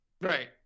Right